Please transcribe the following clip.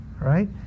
Right